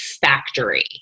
factory